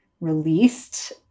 released